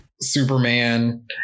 superman